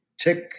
tick